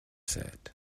set